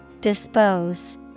Dispose